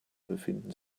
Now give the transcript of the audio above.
befinden